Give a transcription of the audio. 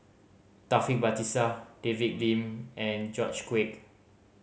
Taufik Batisah David Lim and George Quek